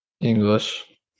English